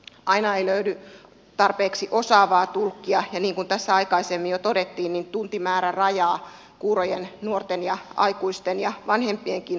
aina ei löydy tarpeeksi osaavaa tulkkia ja niin kuin tässä aikaisemmin jo todettiin tuntimäärä rajaa kuurojen nuorten aikuisten ja vanhempienkin osallisuutta